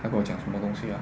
她跟我讲什么东西啊